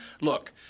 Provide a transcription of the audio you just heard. Look